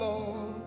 Lord